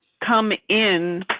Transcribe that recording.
come in,